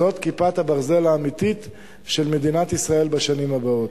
זאת כיפת הברזל האמיתית של מדינת ישראל בשנים הבאות.